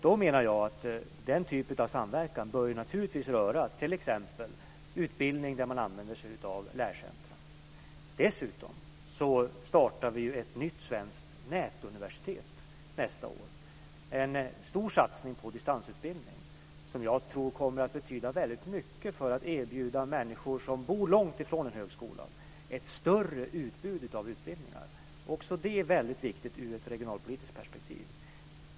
Den typen av samverkan bör naturligtvis röra t.ex. utbildning där man använder sig av lärcentrum. Dessutom startar vi ett nytt svenskt nätuniversitet nästa år. Det är en stor satsning på distansutbildning som jag tror kommer att betyda mycket för att erbjuda människor som bor långt från en högskola ett större utbud av utbildningar. Också det är viktigt ur ett regionalpolitiskt perspektiv.